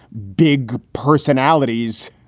big personalities,